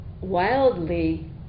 wildly